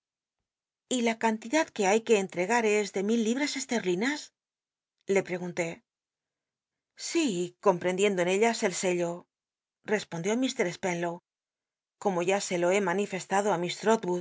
y la cantidad que hay que cnttcgar es de mil lillt ls esterlinas lo pregunté si comprendiendo en ellas el sello rc ilotl dió ift spenlow como ya sr lo he m